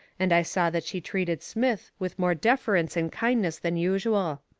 and i saw that she treated smith with more deference and kindness than usual.